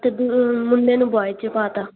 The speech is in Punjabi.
ਅਤੇ ਬ ਮੁੰਡੇ ਨੂੰ ਬੋਆਏ 'ਚ ਪਾ ਦਿੱਤਾ